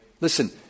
Listen